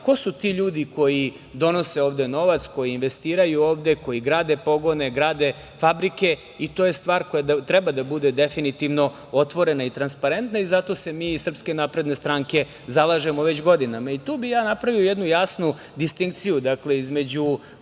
ko su ti ljudi koji donose ovde novac, koji investiraju ovde, koji grade pogone, grade fabrike i to je stvar koja treba da bude definitivno otvorena i transparenta i zato se mi iz SNS zalažemo već godinama i tu bih ja napravio jednu jasnu distinkciju između